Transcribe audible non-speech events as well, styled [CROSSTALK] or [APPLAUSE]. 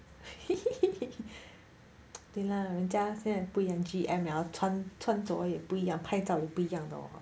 [LAUGHS] 对啦人家现在不一样 G_M 了穿穿着也不一样拍照也不一样了